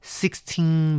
sixteen